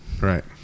Right